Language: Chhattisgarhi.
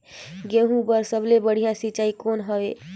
गहूं बर सबले बढ़िया सिंचाई कौन हवय?